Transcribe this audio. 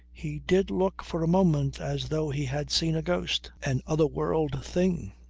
he did look for a moment as though he had seen a ghost, an other world thing.